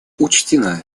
учтена